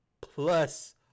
plus